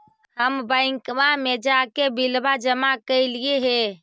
हम बैंकवा मे जाके बिलवा जमा कैलिऐ हे?